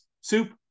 Soup